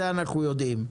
זה אנחנו יודעים,